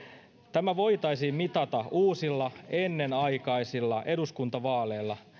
tämä voitaisiin mitata uusilla ennenaikaisilla eduskuntavaaleilla